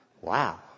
Wow